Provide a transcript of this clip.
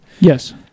Yes